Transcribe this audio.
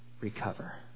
recover